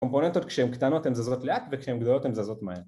קומפוננטות כשהן קטנות הן זזרות לאט וכשהן גדולות הן זזרות מהר